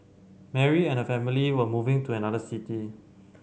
Mary and her family were moving to another city